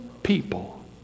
people